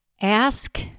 Ask